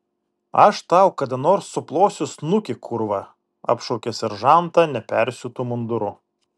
aš tau kada nors suplosiu snukį kurva apšaukė seržantą nepersiūtu munduru